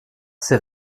ses